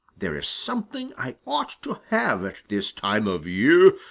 there is something i ought to have at this time of year,